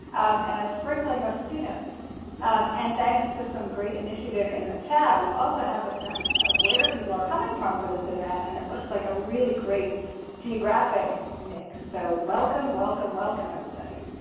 and a sprinkling of students um and thanks to some great initiative in the chat we also have a sense of where people are coming from for this event and it looks like a really great geographic mix so welcome, welcome, welcome, everybody.